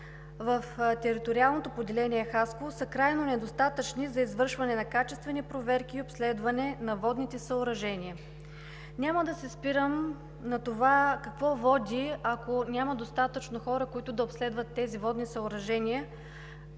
в Териториалното поделение – Хасково, са крайно недостатъчни за извършване на качествени проверки и обследване на водните съоръжения. Няма да се спирам на това до какво води, ако няма достатъчно хора, които да обследват тези водни съоръжения.